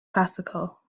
classical